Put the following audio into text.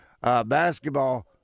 basketball